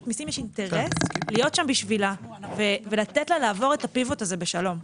מיסים יש אינטרס להיות שם בשבילה ולתת לה לעבור את הפיבוט הזה בשלום.